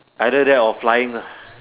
either that or flying uh